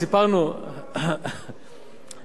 פרשת השבוע.